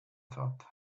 thought